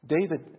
David